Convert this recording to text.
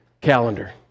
calendar